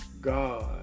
God